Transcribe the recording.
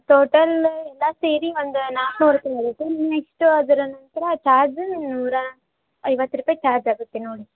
total ಎಲ್ಲ ಸೇರಿ ಒಂದು ನಾಲ್ಕುನೂರು ರೂಪಾಯಿ ಮುಗಿತು ನೆಕ್ಸ್ಟ್ ಅದರ ನಂತರ ಚಾರ್ಜ್ ನೂರ ಐವತ್ತು ರೂಪಾಯಿ ಚಾರ್ಜ್ ಆಗುತ್ತೆ ನೋಡಿ